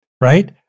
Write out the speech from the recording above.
Right